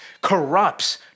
corrupts